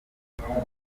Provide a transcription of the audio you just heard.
ahandi